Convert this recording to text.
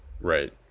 Right